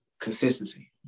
Consistency